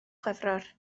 chwefror